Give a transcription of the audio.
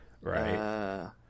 right